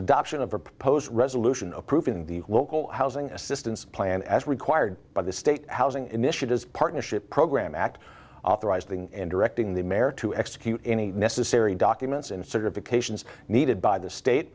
adoption of a proposed resolution approved in the local housing assistance plan as required by the state housing initiatives partnership program act authorized and directing the mare to execute any necessary documents and certifications needed by the state